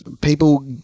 people